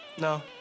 No